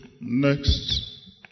Next